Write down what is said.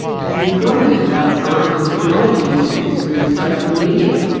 have you commented about science or technology issues through social media,